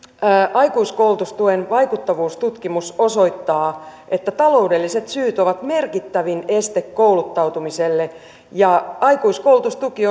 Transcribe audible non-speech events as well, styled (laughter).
aikuiskoulutustuen vaikuttavuustutkimus osoittaa että taloudelliset syyt ovat merkittävin este kouluttautumiselle aikuiskoulutustuki (unintelligible)